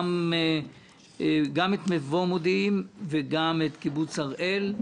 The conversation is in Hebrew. גם את מבוא מודיעים וגם את קיבוץ הראל.